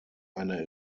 eine